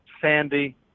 Sandy